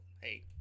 hey